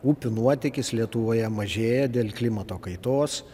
upių nuotėkis lietuvoje mažėja dėl klimato kaitos